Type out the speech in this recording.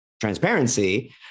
transparency